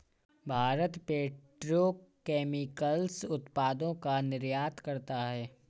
Bharat petrochemicals उत्पादों का निर्यात करता है